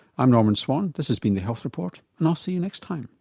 i'm norman swan, this has been the health report and i'll see you next time.